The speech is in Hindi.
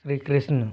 श्री कृष्ण